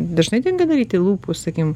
dažnai tenka daryti lūpų sakykime